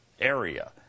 area